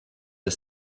the